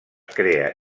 crea